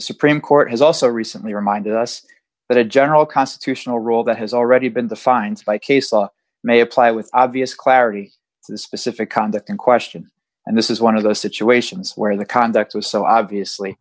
the supreme court has also recently reminded us that a general constitutional rule that has already been the finds by case law may apply with obvious clarity to the specific conduct in question and this is one of those situations where the conduct was so obviously